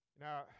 Now